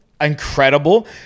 incredible